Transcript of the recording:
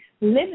live